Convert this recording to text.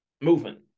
movement